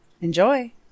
Enjoy